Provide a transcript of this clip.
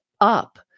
up